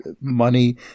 money